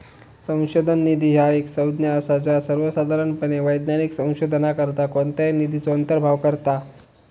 संशोधन निधी ह्या एक संज्ञा असा ज्या सर्वोसाधारणपणे वैज्ञानिक संशोधनाकरता कोणत्याही निधीचो अंतर्भाव करता